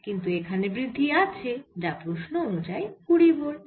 কিন্তু এখানে বৃদ্ধি আছে যা প্রশ্ন অনুযায়ী 20 ভোল্ট